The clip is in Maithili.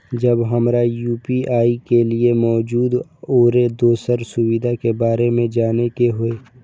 जब हमरा यू.पी.आई के लिये मौजूद आरो दोसर सुविधा के बारे में जाने के होय?